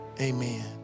Amen